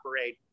operate